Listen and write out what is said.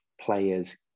players